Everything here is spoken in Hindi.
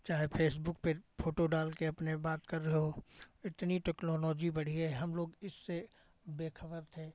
चाहे फेसबुक पे फ़ोटो डाल के अपने बात कर रहे हो इतनी टेक्नोलॉजी बढ़ी है हम लोग इससे बेखबर थे